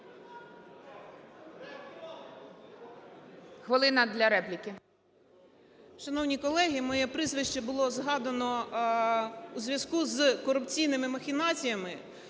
Шановні колеги, моє прізвище було згадано у зв'язку з корупційними махінаціями.